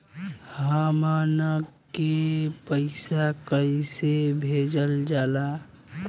हमन के पईसा कइसे भेजल जाला?